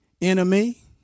enemy